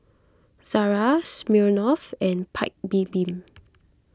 Zara Smirnoff and Paik's Bibim